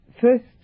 first